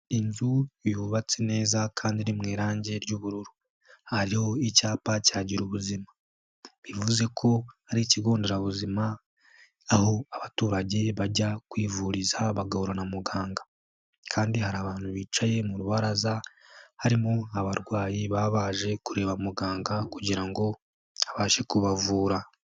Inzu yubatse neza kandi iri mu irangi ry'ubururu, hariho icyapa cya gira ubuzima bivuze ko hari ikigo nderabuzima aho abaturage bajya kwivuriza bagahura na muganga, kandi hari abantu bicaye mu rubaraza harimo abarwayi baba baje kureba muganga kugira ngo abashe kubavura.